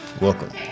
Welcome